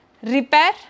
repair